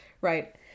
Right